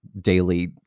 daily